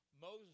Moses